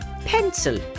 Pencil